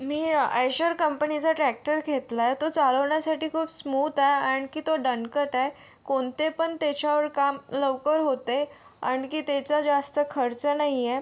मी आयशर कंपनीचा ट्रॅक्टर घेतला आहे तो चालवण्यासाठी खूप स्मूत आहे आणखी तो दणकट आहे कोणते पण त्याच्यावर काम लवकर होते आणखी त्याच्या जास्त खर्च नाही आहे